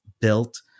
built